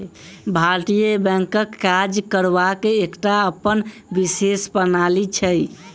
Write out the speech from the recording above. भारतीय बैंकक काज करबाक एकटा अपन विशेष प्रणाली छै